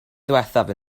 ddiwethaf